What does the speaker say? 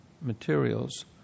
materials